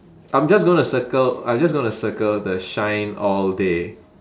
I'm just gonna circle I just gonna circle the shine all day